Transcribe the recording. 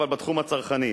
אבל בתחום הצרכני.